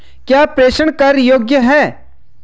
क्या प्रेषण कर योग्य हैं?